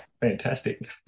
fantastic